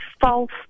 false